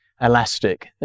elastic